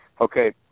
okay